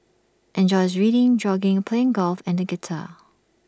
enjoys reading jogging playing golf and the guitar